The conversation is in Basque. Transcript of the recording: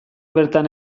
bertan